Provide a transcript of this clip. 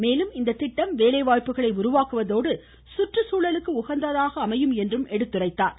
மேலும் இத்திட்டம் வேலைவாய்ப்புகளை உருவாக்குவதோடு சுற்றுச்சூழலுக்கு உகந்ததாக இருக்கும் என்றும் கூறினார்